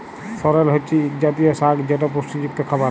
সরেল হছে ইক জাতীয় সাগ যেট পুষ্টিযুক্ত খাবার